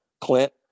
Clint